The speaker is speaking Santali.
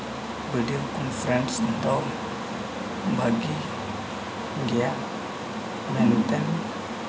ᱵᱷᱤᱰᱤᱭᱳ ᱠᱚᱱᱯᱷᱟᱨᱮᱱᱥ ᱫᱚ ᱵᱷᱟᱹᱜᱤ ᱜᱮᱭᱟ ᱢᱮᱱᱛᱮ